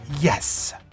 Yes